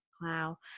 Wow